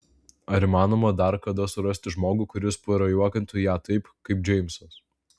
ar įmanoma dar kada surasti žmogų kuris prajuokintų ją taip kaip džeimsas